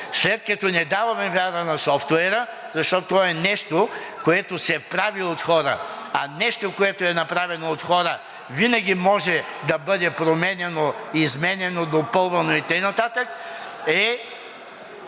След като не даваме вяра на софтуера, защото е нещо, което се прави от хора, а нещо, направено от хора, винаги може да бъде променяно, изменяно, допълвано и така